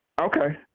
Okay